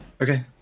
Okay